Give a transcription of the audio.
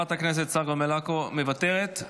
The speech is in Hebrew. חברת הכנסת צגה מלקו, מוותרת?